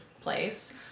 place